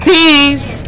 Peace